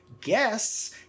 guess